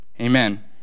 Amen